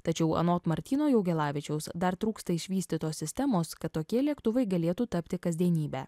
tačiau anot martyno jaugelavičiaus dar trūksta išvystytos sistemos kad tokie lėktuvai galėtų tapti kasdienybe